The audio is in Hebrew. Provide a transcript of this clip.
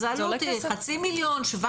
אז העלות היא 500,000 אלף שקל,